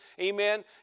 Amen